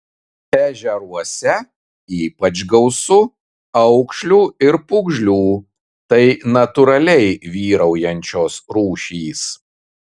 ežeruose ypač gausu aukšlių ir pūgžlių tai natūraliai vyraujančios rūšys